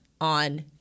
on